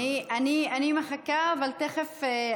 אני מחכה, אבל תכף,